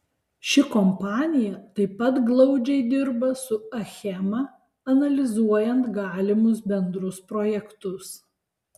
ši kompanija taip pat glaudžiai dirba su achema analizuojant galimus bendrus projektus